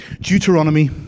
Deuteronomy